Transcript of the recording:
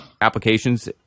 applications